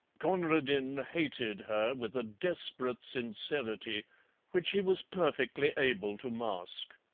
conradin hated her with a desperate sincerity which he was perfectly able to mask.